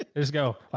there's go.